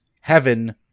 Heaven